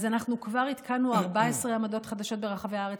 אז אנחנו כבר התקנו 14 עמדות חדשות ברחבי הארץ.